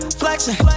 flexing